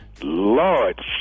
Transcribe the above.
Lord